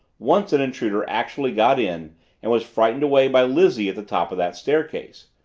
once an intruder actually got in and was frightened away by lizzie at the top of that staircase.